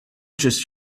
just